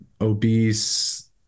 obese